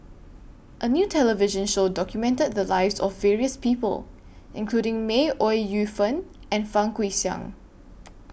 A New television Show documented The Lives of various People including May Ooi Yu Fen and Fang Guixiang